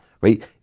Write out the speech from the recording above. right